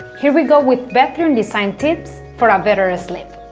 here we go with bedroom design tips for a better ah sleep!